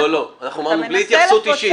לא, לא, אנחנו אמרנו בלי התייחסות אישית.